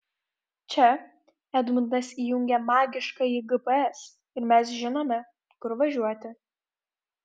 čia edmundas įjungia magiškąjį gps ir mes žinome kur važiuoti